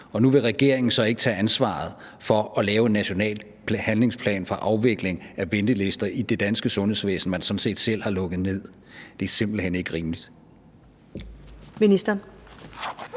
nu vil regeringen så ikke tage ansvaret for at lave en national handlingsplan for afvikling af ventelister i det danske sundhedsvæsen, som man sådan set selv har lukket ned. Det er simpelt hen ikke rimeligt. Kl.